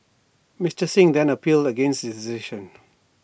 Mister Singh then appealed against this decision